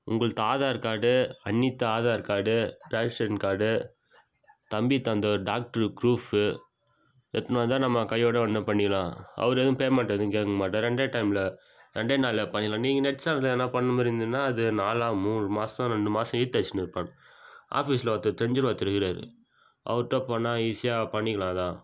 உங்களது ஆதார் கார்டு அண்ணிது Aadhaar card ration card தம்பிக்கு தந்த டாக்ட்ரு ப்ரூஃபு எடுத்துன்னு வந்தால் நம்ம கையோடு உடனே பண்ணிக்கலாம் அவர் எதுவும் பேமெண்ட் எதுவும் கேட்க மாட்டார் ரெண்டே டைமில் ரெண்டே நாளில் பண்ணிடலாம் நீங்கள் நெட் சென்டரில் எதனால் பண்ணுற மாரி இருந்தின்னால் அது நாளாக மூணு மாதம் ரெண்டு மாதம் இழுத்தடிச்சுன்னு இருப்பாங்க ஆஃபீஸ்சில் ஒருத்தர் தெரிஞ்சவர் ஒருத்தர் இருக்கிறாரு அவர்கிட்ட போனால் ஈஸியாக பண்ணிக்கலாம்ல